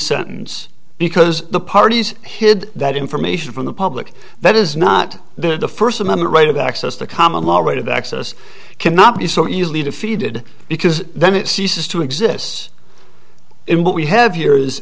sentence because the parties hid that information from the public that is not there the first amendment right of access to common law right of access cannot be so easily defeated because then it ceases to exists and what we have here is